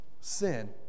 sin